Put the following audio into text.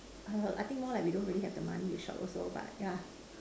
I think more like we don't really have the money to shop also but yeah